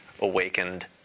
awakened